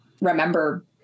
remember